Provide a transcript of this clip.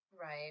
Right